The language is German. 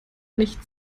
nicht